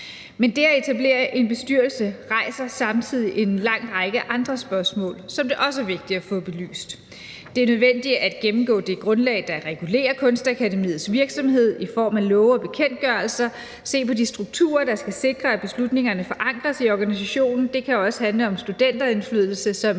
Men det at etablere en bestyrelse rejser samtidig en lang række andre spørgsmål, som det også er vigtigt at få belyst. Det er nødvendigt at gennemgå det grundlag, der regulerer Kunstakademiets virksomhed i form af love og bekendtgørelser, og se på de strukturer, der skal sikre, at beslutningerne forankres i organisationen – det kan også handle om studenterindflydelse, som